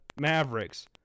Mavericks